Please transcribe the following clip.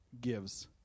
gives